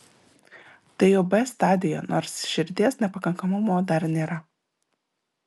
tai jau b stadija nors širdies nepakankamumo dar nėra